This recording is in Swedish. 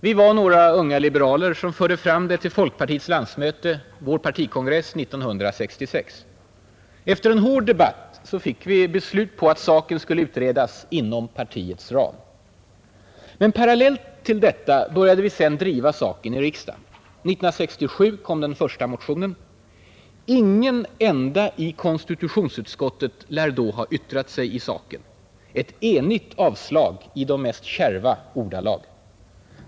Vi var några unga liberaler som förde fram det till folkpartiets landsmöte, partikongressen, 1966. Efter en hård debatt fick vi beslut på att saken skulle utredas inom partiets ram. Men parallellt med detta började vi sedan driva saken i riksdagen. 1967 kom den första motionen. Ingen enda i konstitutionsutskottet lär då ha yttrat sig i saken. Ett enigt avslag i de mest kärva ordalag.